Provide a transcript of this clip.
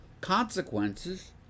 consequences